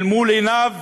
אל מול עיניו